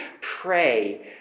pray